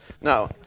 Now